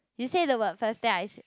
you say the word first then I say